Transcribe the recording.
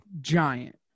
Giant